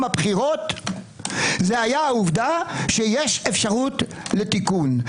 הבחירות היה העובדה שיש אפשרות לתיקון.